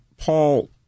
Paul